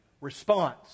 response